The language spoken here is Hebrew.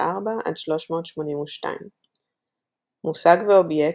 364–382. מושג ואובייקט,